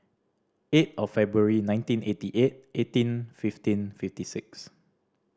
eight of February nineteen eighty eight eighteen fifteen fifty six